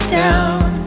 down